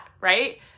right